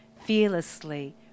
fearlessly